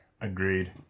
Agreed